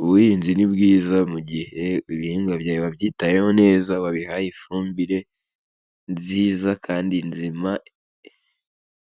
Ubuhinzi ni bwiza mu gihe ibihingwa byawe wabyitayeho neza, wabihaye ifumbire nziza kandi nzima,